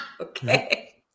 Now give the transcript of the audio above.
Okay